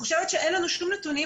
אין לנו שום נתונים,